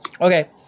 Okay